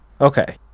Okay